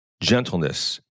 gentleness